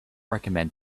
recommend